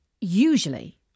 usually